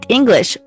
English